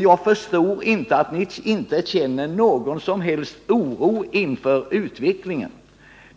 Jag förstår inte att ni inte känner någon som helst oro inför utvecklingen.